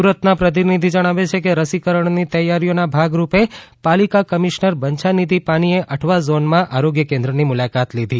સુરતનાં પ્રતિનિધી જણાવે છે કે રસીકરણની તૈયારીઓનાં ભાગરૂપે પાલિકા કમિશનર બંછાનિધી પાની એ આઠવા ઝોનમાં આરોગ્ય કેન્દ્રની મુલાકાત લીધી